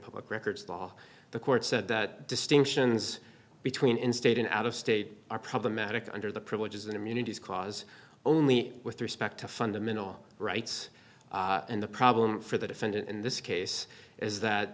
public records law the court said that distinctions between in state and out of state are problematic under the privileges and immunities clause only with respect to fundamental rights and the problem for the defendant in this case is that